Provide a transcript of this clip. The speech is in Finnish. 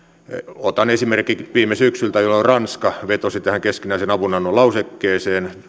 otan esimerkin viime syksyltä jolloin ranska vetosi tähän keskinäisen avunannon lausekkeeseen